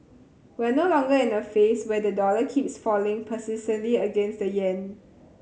we're no longer in a phase where the dollar keeps falling persistently against the yen